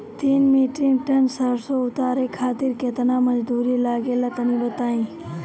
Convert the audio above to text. तीन metric ton सरसो उतारे खातिर केतना मजदूरी लगे ला तनि बताई?